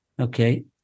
Okay